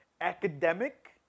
academic